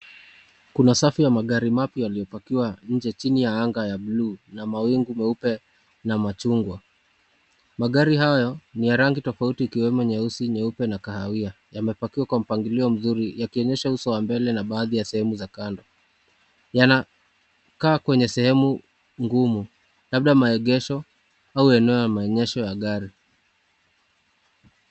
Kuna safu ya magari mapya yaliyopakiwa nje chini ya anga la bluu na mawingu meupe na machungwa. Magari haya ni ya rangi tofauti ikiwemo nyeusi nyeupe na kahawia yamepakiwa kwa mpangilio mzuri yakienyeshe uso mbele na baadhi ya sehemu za kando. Yanakaa kwenye sehemu ngumu labda maegesho au eneo la maegesho ya gari.